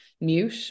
mute